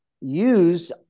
use